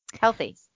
Healthy